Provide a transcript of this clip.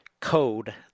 code